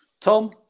Tom